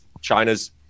china's